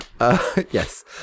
Yes